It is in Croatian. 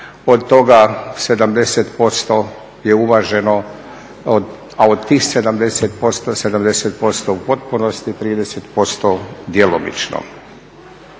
od toga 70% je uvaženo, a od tih 70% u potpunosti, 30% djelomično.